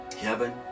Heaven